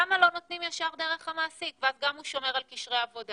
למה לא נותנים ישר דרך המעסיק ואז גם הוא שומר על קשרי עבודה,